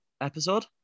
episode